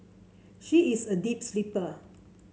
she is a deep sleeper